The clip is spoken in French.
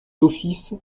office